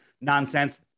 nonsense